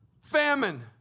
famine